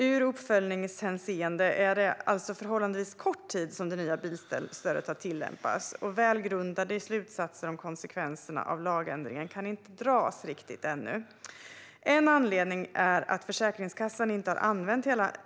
Ur uppföljningshänseende är det alltså förhållandevis kort tid som det nya bilstödet har tillämpats, och välgrundade slutsatser om konsekvenserna av lagändringen kan inte riktigt dras ännu.